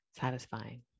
satisfying